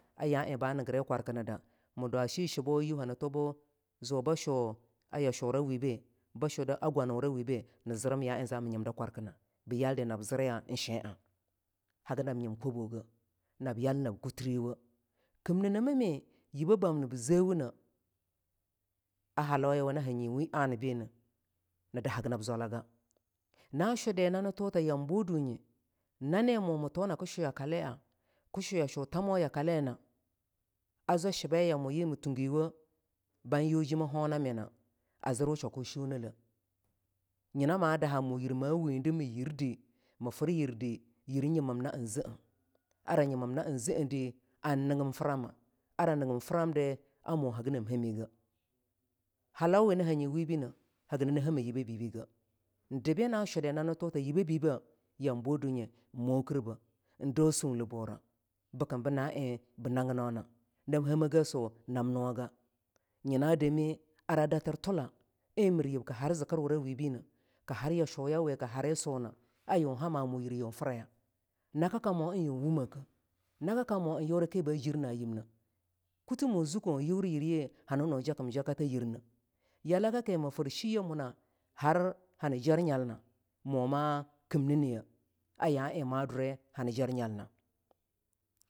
A ya eng baa nigiri kwarkinida mii dwa shi sheabo yuh hani tubuh zuba shuh a yashura webe ba shuda gwanwurawibe i zirim ya eing zami nyimda kwarki na bii yaldi nab ziri ein shean a hagi nab nyimkoboge ab to yal nab kutiriwo kimnine mami yi be bamni bi zewuna a halau yawe ni hanyi wen anabeneh ni dahagi nab zwalaga na shudi nani thu ta yambo dunye nani mumi thuna kii shue yakale kii shu yashu tamo yakalena.A zwai shibayayamo yii ii tungiwoh ban yujem a honamina a zirwu shuaku shunnele yina ma daha mu yir ma wundi mii yirdi mifir yirdi, yir nyimin naa zeh ara nyimin naazedi ar nigim frama ara nigim framadi a mo haginam hamegeh halawi nii anyi webine haginani heme yibbebige ein debi na shuda nani tuta yibbe bii be. Yambo dunye eing mokirbe ing dau sunle bura bikimbu na eing bii naginona nab hemagesu nab nuwaga nyina dami ara datir tula eing mir yib kii har zikirwurawibine i har ya shuyawe kii hari suena a yun hamma mu yir yun fraya nakakamo ing un wumeke nakakamo eing uri kii ba jir naa yibneh. Kuti mu zukko yuri yiryi hani nu jakim-jaka ta yibneh. Yalakaki mi fir sheye muna ar hani jarnyalna muma imni niye a ya eing ba dur hani jar nyalna.